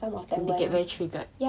they get very triggered